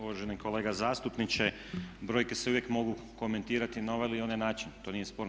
Uvaženi kolega zastupniče brojke se uvijek mogu komentirati na ovaj ili onaj način, to nije sporno.